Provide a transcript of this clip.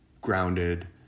grounded